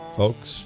folks